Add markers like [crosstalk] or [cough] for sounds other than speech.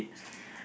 [breath]